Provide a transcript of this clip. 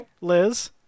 Liz